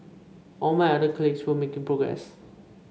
all my other colleagues were making progress